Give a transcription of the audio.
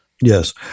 Yes